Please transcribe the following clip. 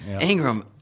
Ingram